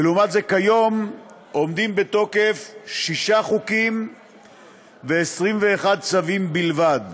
ולעומת זאת כיום עומדים בתוקף שישה חוקים ו-21 צווים בלבד.